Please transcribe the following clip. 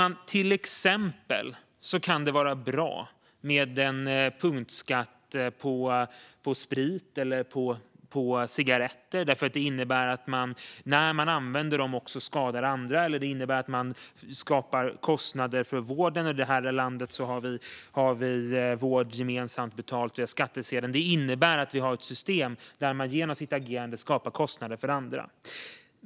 Det kan till exempel vara bra med en punktskatt på sprit eller cigaretter, för när man använder dem skadar man andra eller skapar kostnader för vården. Här i landet har vi vård som betalas gemensamt via skattsedeln, och det innebär att vi har ett system där man genom sitt agerande skapar kostnader för andra.